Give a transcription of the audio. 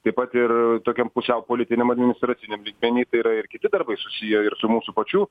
taip pat ir tokiam pusiau politiniam administraciniam lygmeny tai yra ir kiti darbai susiję ir su mūsų pačių